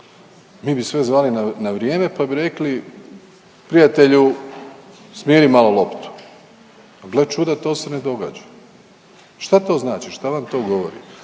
Mi bi sve zvali na vrijeme pa bi rekli prijatelju smiri malo loptu, a gle čuda to se ne događa. Šta to znači? Šta vam to govori?